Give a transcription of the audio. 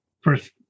first